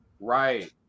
Right